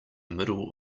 middle